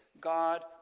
God